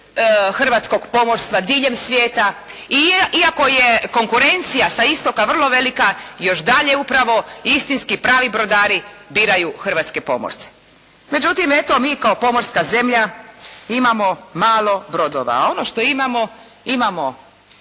hrvatskog pomorstva diljem svijeta i iako je konkurencija sa istoka vrlo velika još dalje upravo istinski, pravi brodari biraju hrvatske pomorce. Međutim, eto mi kao pomorska zemlja imamo malo brodova a ono što imamo